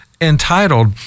entitled